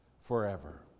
forever